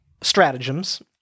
stratagems